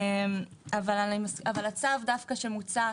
אבל הצו שמוצע,